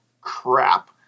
crap